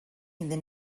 iddyn